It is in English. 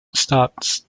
starts